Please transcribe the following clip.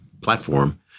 platform